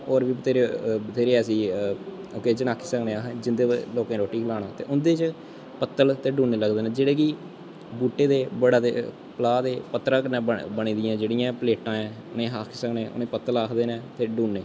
होर बी बत्थेरे बत्थेरी ऐसी ओकेजन आक्खी सकने अस जिंदे च लोकें गी रोट्टी खल्लाने ते उं'दे च पत्तल ते डूने लगदे न जेह्ड़े कि बूह्टे दे बड़ा दे पलाऽ दे पत्तरा कन्नै बनी बनी दियां जेह्ड़ियां एह् प्लेटां ऐं उ'नें गी अस आक्खी सकने उ'नें गी पत्तल आखदे न डूने